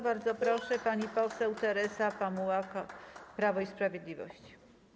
Bardzo proszę, pani poseł Teresa Pamuła, Prawo i Sprawiedliwość.